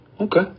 Okay